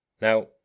Now